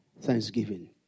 Thanksgiving